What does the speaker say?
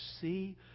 see